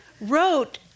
wrote